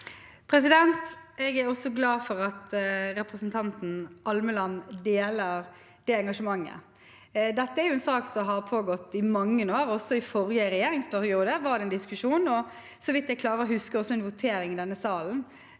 Jeg er også glad for at representanten Almeland deler det engasjementet. Dette er en sak som har pågått i mange år. Også i forrige regjeringsperiode var det en diskusjon og – så vidt jeg klarer å huske – også en votering i denne salen